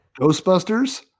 Ghostbusters